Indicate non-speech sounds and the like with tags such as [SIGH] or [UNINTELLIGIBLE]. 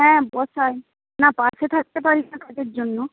হ্যাঁ বসাই না পাশে থাকতে পারি [UNINTELLIGIBLE] কাজের জন্য